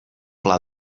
pla